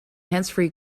handsfree